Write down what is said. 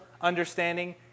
understanding